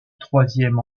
troisième